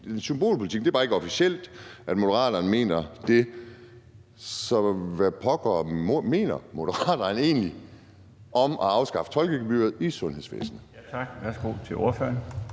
Det er bare ikke officielt, at Moderaterne mener, det er en symbolpolitik, så hvad pokker mener Moderaterne egentlig om at afskaffe tolkegebyret i sundhedsvæsenet?